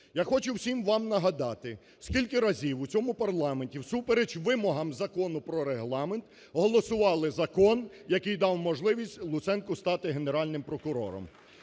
Я хочу всім вам нагадати, скільки разів у цьому парламенті всупереч вимогам Закону про Регламент голосували закон, який дав можливість Луценку стати Генеральним прокурором.